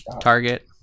Target